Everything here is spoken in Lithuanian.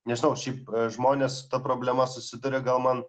nežinau šiaip žmonės ta problema susiduria gal man